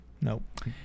Nope